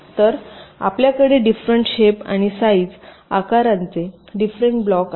तर आपल्याकडे different shape आणि साईज आकारांचे डिफरेंट ब्लॉक आहेत